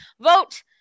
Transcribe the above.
Vote